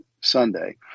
Sunday